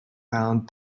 found